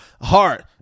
heart